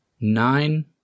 Nine